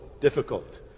difficult